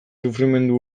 sufrimendu